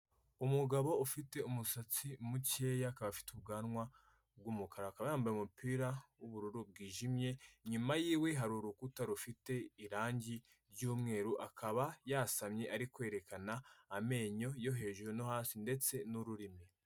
Umugabo ufite umusatsi mukeya akaba afite ubwanwa bw'umukara, akaba yambaye umupira w'ubururu bwijimye, inyuma yiwe hari urukuta rufite irangi ry'umweru akaba yasamye ari kwerekana amenyo yo hejuru no hasi ndetse n'ururimi.